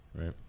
right